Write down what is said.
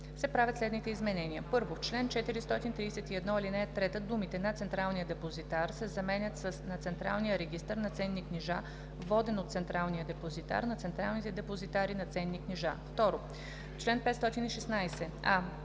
се правят следните изменения: 1. В чл. 431, ал. 3 думите „на Централния депозитар“ се заменят с „на централния регистър на ценни книжа, воден от Централния депозитар, на централните депозитари за ценни книжа“. 2. В чл. 516: